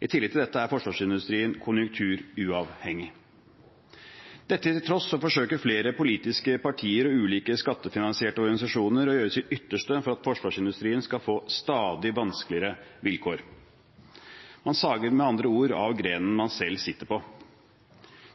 I tillegg til dette er forsvarsindustrien konjunkturuavhengig. Dette til tross forsøker flere politiske partier og ulike skattefinansierte organisasjoner å gjøre sitt ytterste for at forsvarsindustrien skal få stadig vanskeligere vilkår. Man sager med andre ord av grenen man selv sitter på.